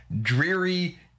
dreary